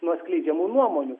nuo skleidžiamų nuomonių